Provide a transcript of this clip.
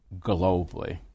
globally